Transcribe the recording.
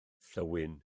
thywyn